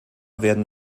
werden